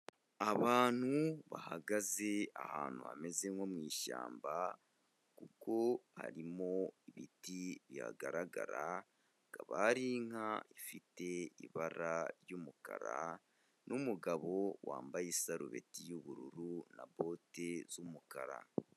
Abantu bahagaze ahantu hameze nko mu ishyamba kuko harimo ibiti bihagaragara, hakaba hari inka ifite ibara ry'umukara n'umugabo wambaye isarubeti y'ubururu na bote z'umukara.